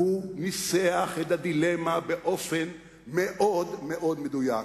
והוא ניסח את הדילמה באופן מאוד מאוד מדויק.